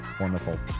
Wonderful